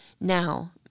Now